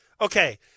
Okay